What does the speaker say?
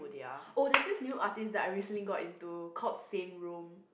oh there's this new artist that I recently got into called Saint Rome